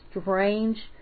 strange